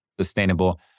sustainable